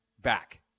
back